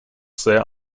sehr